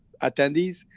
attendees